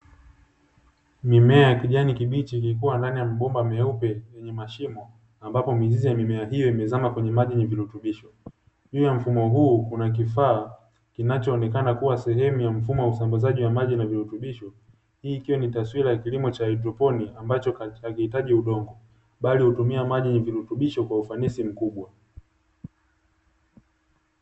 Mimea ya kijani kibichi iliyokua ndani ya mabomba meupe yenye mashimo ambapo mizizi ya mimea hiyo imezama ndani ya maji yenye virutubisho, juu ya mfumo huu kuna kifaa kinachonekana kuwa sehemu ya mfumo wa usambazaji wa maji na virutubisho, hii ikiwa ni taswira ya kilimo cha haidroponi ambacho hakihitaji udongo bali hutumia maji yenye virutubisho kwenye ufanisi mkubwa.